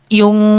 yung